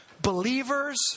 believers